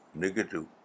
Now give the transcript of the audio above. negative